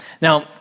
Now